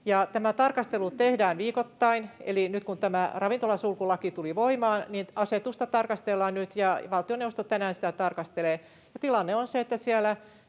Tämä tarkastelu tehdään viikoittain, eli nyt kun tämä ravintolasulkulaki tuli voimaan, niin asetusta tarkastellaan nyt, ja valtioneuvosto tänään sitä tarkastelee. Tilanne on se, että nyt